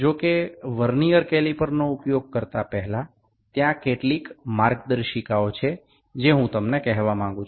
જો કે વર્નીઅર કેલિપરનો ઉપયોગ કરતા પહેલા ત્યાં કેટલીક માર્ગદર્શિકાઓ છે જે હું તમને કહેવા માંગુ છું